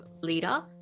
leader